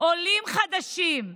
עולים חדשים,